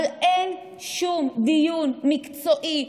אבל אין שום דיון מקצועי,